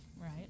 right